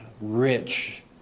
rich